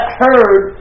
heard